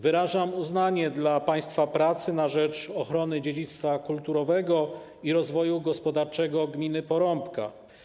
Wyrażam uznanie dla państwa pracy na rzecz ochrony dziedzictwa kulturowego i rozwoju gospodarczego gminy Porąbka.